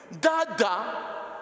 Dada